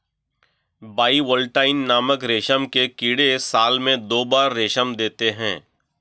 bivoltine नामक रेशम के कीड़े साल में दो बार रेशम देते है